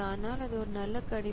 ஆனால் இது ஒரு நல்ல கணிப்பு